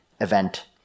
event